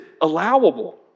allowable